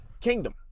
Kingdom